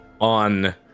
on